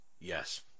Yes